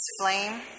flame